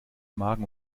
magen